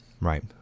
Right